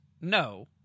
no